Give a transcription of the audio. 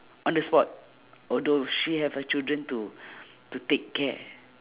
on the spot although she have her children to to take care